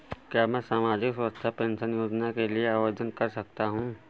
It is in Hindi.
क्या मैं सामाजिक सुरक्षा पेंशन योजना के लिए आवेदन कर सकता हूँ?